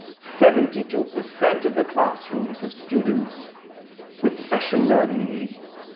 seventy two percent of the classrooms have students with special learning needs.